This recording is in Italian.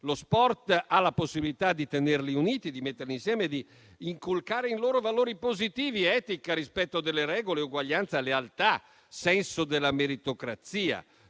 Lo sport ha la possibilità di tenere i giovani uniti, di metterli insieme e di inculcare in loro valori positivi: etica, rispetto delle regole, uguaglianza, lealtà e senso della meritocrazia